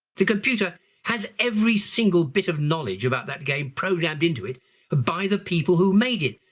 the computer has every single bit of knowledge about that game programmed into it ah by the people who made it,